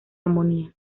armonía